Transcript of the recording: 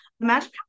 imagine